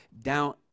down